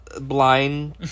Blind